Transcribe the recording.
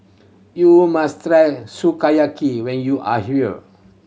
you must try Sukiyaki when you are here